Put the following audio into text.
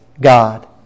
God